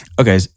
Okay